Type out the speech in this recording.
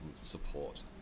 support